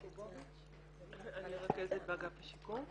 אני רכזת באגף השיקום.